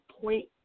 point